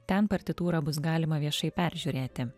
ten partitūrą bus galima viešai peržiūrėti